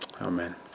Amen